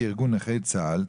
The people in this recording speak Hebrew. כארגון נכי צה"ל,